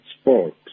sport